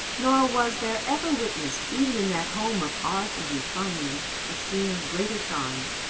nor was there ever witnessed even in that home of art and refinement a scene of greater charm.